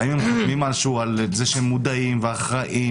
אני מאוד מבקשת שאנחנו נמשיך את הדיון הזה ולא נרפה,